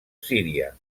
síria